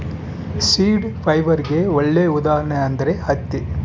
seed ಫೈಬರ್ಗೆ ಒಳ್ಳೆ ಉದಾಹರಣೆ ಅಂದ್ರೆ ಹತ್ತಿ